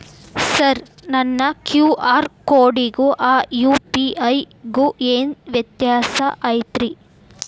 Sir ನನ್ನ QR ಕೊಡಿಗೂ ಆ ಯು.ಪಿ.ಐ ಗೂ ಏನ್ ವ್ಯತ್ಯಾಸ ಐತ್ರಿ?